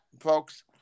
folks